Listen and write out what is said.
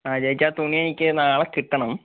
ആ ചേച്ചി ആ തുണി എനിക്ക് നാളെ കിട്ടണം